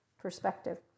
perspective